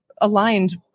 aligned